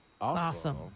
awesome